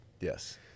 yes